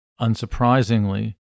unsurprisingly